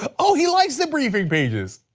ah oh he likes the briefing pages.